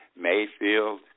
Mayfield